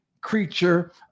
creature